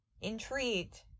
intrigued